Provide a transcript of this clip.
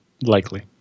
likely